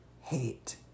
hate